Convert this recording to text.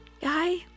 guy